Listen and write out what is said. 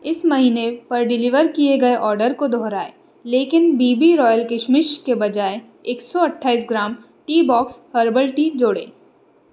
इस महीने पर डिलीवर किए गए ऑर्डर को दोहराएँ लेकिन बी बी रॉयल किशमिश के बजाय एक सौ अट्ठाईस ग्राम टीबॉक्स हर्बल टी जोड़ें